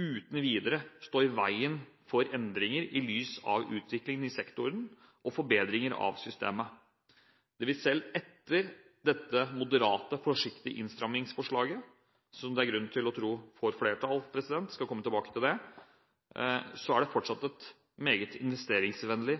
uten videre stå i veien for endringer – i lys av utviklingen i sektoren og forbedringer av systemet. Selv etter dette moderate, forsiktige innstrammingsforslaget, som det er grunn til å tro får flertall – jeg skal komme til bake til det – vil det fortsatt være et meget investeringsvennlig